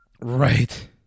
right